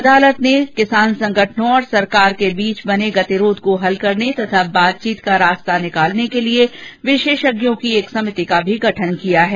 अदालत ने किसान संगठनों और सरकार के बीच बने गतिरोध को हल करने तथा बातचीत का रास्ता निकालने के लिए विशेषज्ञों की एक समिति का भी गठन किया है